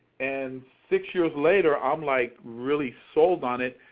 and six years later i'm like really sold on it.